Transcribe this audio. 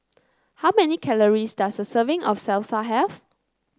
how many calories does a serving of Salsa have